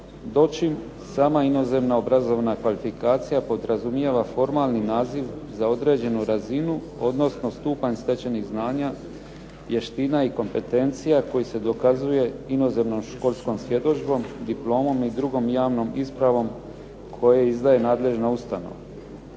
do čim sama inozemna obrazovna kvalifikacija podrazumijeva formalni naziv za određenu razinu, odnosno stupanj stečenih znanja, vještina i kompetencija koji se dokazuje inozemnom školskom svjedodžbom, diplomom, i drugom javnom ispravom koje izdaje nadležna ustanova.